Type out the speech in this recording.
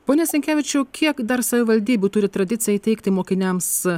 pone sinkevičiau kiek dar savivaldybių turi tradiciją įteikti mokiniams